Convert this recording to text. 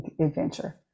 adventure